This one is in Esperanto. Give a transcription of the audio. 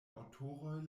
aŭtoroj